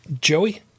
Joey